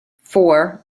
for